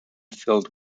filled